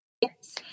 Yes